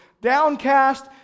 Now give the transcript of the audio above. downcast